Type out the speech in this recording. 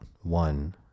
one